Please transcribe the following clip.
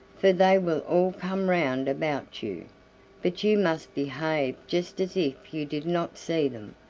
for they will all come round about you but you must behave just as if you did not see them,